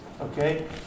okay